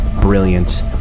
brilliant